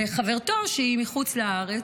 וחברתו, שהיא מחוץ לארץ,